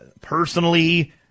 personally